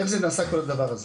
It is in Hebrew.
איך נעשה כל הדבר הזה.